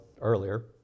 earlier